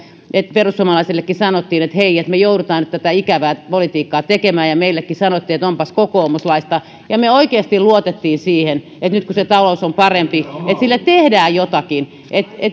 perussuomalaisillekin sanottiin että hei me joudumme nyt tätä ikävää politiikkaa tekemään ja meillekin sanottiin että onpas kokoomuslaista ja me oikeasti luotimme siihen että nyt kun se talous on parempi sille tehdään jotakin